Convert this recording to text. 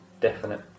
definite